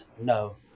no